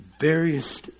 various